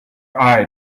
eye